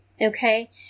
okay